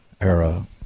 era